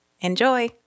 Enjoy